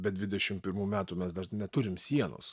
be dvidešim pirmų metų mes dar neturim sienos